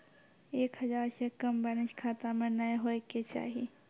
एक हजार से कम बैलेंस खाता मे नैय होय के चाही